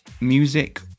music